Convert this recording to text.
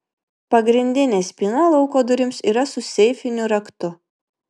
pagrindinė spyna lauko durims yra su seifiniu raktu